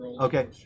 okay